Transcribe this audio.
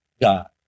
God